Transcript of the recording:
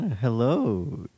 Hello